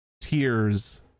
Tears